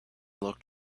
looked